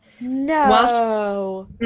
No